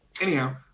anyhow